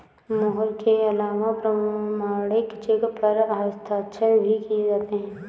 मोहर के अलावा प्रमाणिक चेक पर हस्ताक्षर भी किये जाते हैं